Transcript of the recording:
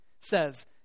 says